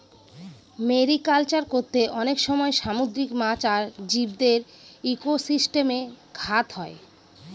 mariculture করতে অনেক সময় সামুদ্রিক মাছ আর জীবদের ইকোসিস্টেমে ঘাত হয়